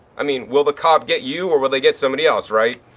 i mean, will the cop get you or will they get somebody else, right?